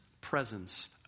presence